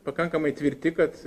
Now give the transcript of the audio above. pakankamai tvirti kad